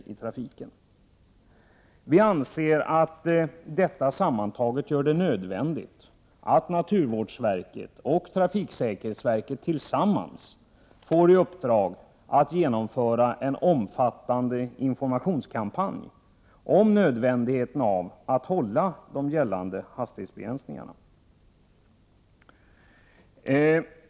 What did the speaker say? Vi i folkpartiet anser att det som jag här har nämnt visar att det är nödvändigt att naturvårdsverket och trafiksäkerhetsverket får i uppdrag att tillsammans genomföra en omfattande informationskampanj om nödvändigheten av att respektera gällande hastighetsbegränsningar.